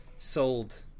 sold